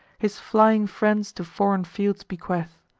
his flying friends to foreign fields bequeath.